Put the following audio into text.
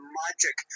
magic